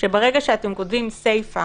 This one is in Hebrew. שברגע שאתם כותבים סיפה